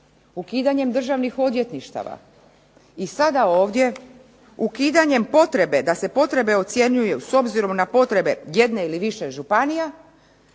ukidanjem državnih odvjetništava, i sada ovdje ukidanjem potrebe da se potrebe ocjenjuju s obzirom na potrebe jedne ili više županija